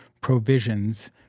provisions